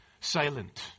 silent